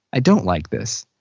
i don't like this.